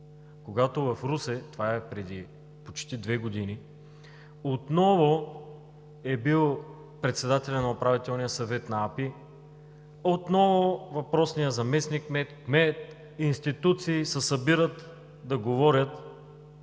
г. – това е преди почти две години, когато в Русе отново е бил председателят на Управителния съвет на АПИ, отново въпросният заместник-кмет, кмет, институции се събират да говорят